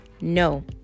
no